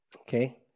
okay